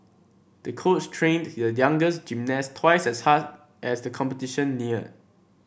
the coach trained the youngest gymnast twice as hard as the competition neared